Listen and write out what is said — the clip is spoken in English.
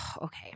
okay